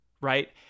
right